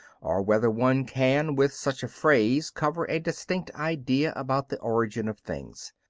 or whether one can, with such a phrase, cover a distinct idea about the origin of things.